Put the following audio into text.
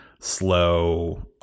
slow